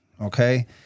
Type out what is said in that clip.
Okay